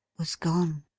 was gone.